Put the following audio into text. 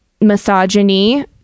misogyny